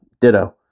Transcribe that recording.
Ditto